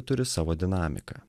turi savo dinamiką